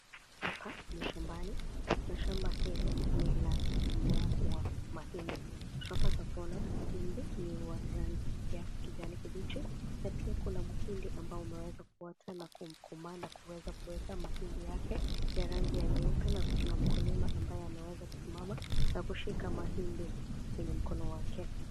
Hapa ni shambani, na shamba hili, ni la mmea wa mahindi. Tunapata kuona mhindi ni wa rangi ya kijani kibichi, na pia kuna mhindi ambao umeweza kuota na kukungumana kuweza kuweka mahindi yake yenye rangi ya nyeupe, na tuna mkulima ambaye ameweza kusimama, na kushika mahindi kwenye mkono wake.